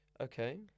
Okay